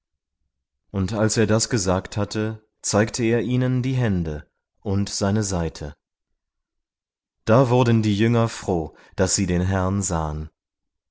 und als er das gesagt hatte zeigte er ihnen die hände und seine seite da wurden die jünger froh daß sie den herrn sahen